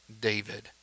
David